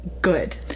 good